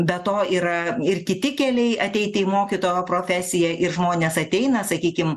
be to yra ir kiti keliai ateiti į mokytojo profesiją ir žmonės ateina sakykime